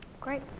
Great